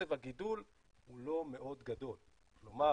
קצב הגידול הוא לא מאוד גדול, כלומר